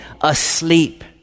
asleep